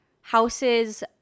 houses